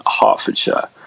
hertfordshire